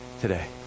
today